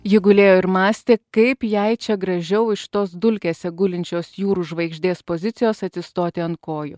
ji gulėjo ir mąstė kaip jai čia gražiau iš tos dulkėse gulinčios jūrų žvaigždės pozicijos atsistoti ant kojų